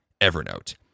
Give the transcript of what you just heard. Evernote